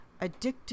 addictive